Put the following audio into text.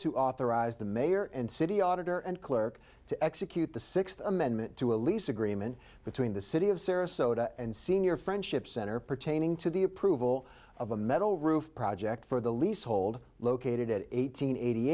to authorize the mayor and city auditor and clerk to execute the sixth amendment to a lease agreement between the city of sarasota and senior friendship center pertaining to the approval of a metal roof project for the leasehold located at eight hundred eighty